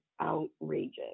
outrageous